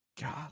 God